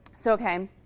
so ok,